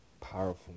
powerful